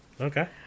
Okay